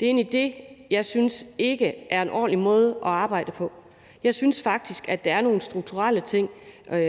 jeg egentlig ikke er en ordentlig måde at arbejde på. Jeg synes faktisk, at der er nogle strukturelle ting